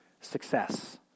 success